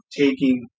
taking